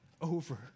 over